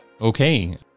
Okay